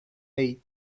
eight